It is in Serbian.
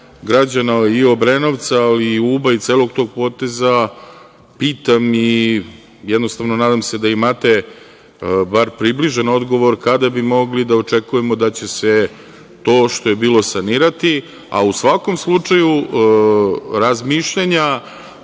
i Obrenovca, i Uba i celog tog poteza pitam i jednostavno nadam se da imate bar približan odgovor kada bi mogli da očekujemo da će se to što je bilo sanirati? U svakom slučaju razmišljanja